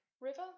River